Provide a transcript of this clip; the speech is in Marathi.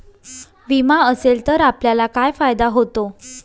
विमा असेल तर आपल्याला काय फायदा होतो?